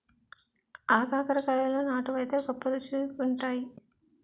ఆగాకరకాయలు నాటు వైతే గొప్ప రుచిగుంతాయి